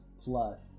plus